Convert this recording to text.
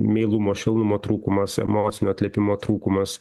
meilumo švelnumo trūkumas emocinio atliepimo trūkumas